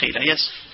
Yes